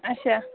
اَچھا